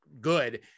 good